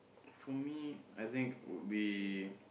for me I think would be